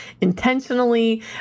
intentionally